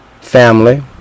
family